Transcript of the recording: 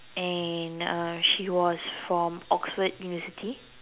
and uh she was was from Oxford university